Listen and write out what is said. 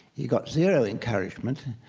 he got zero encouragement.